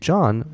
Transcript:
John